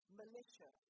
militia